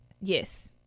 Yes